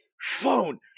phone